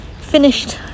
finished